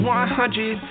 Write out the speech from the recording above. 100